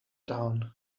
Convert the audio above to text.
down